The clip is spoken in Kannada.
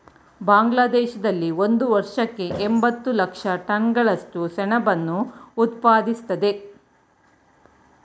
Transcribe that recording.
ಬಾಂಗ್ಲಾದೇಶದಲ್ಲಿ ಒಂದು ವರ್ಷಕ್ಕೆ ಎಂಬತ್ತು ಲಕ್ಷ ಟನ್ಗಳಷ್ಟು ಸೆಣಬನ್ನು ಉತ್ಪಾದಿಸ್ತದೆ